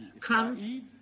comes